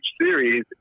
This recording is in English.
series